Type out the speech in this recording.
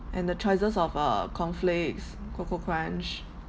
and the choices of uh cornflakes cocoa crunch